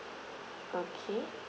okay